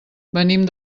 venim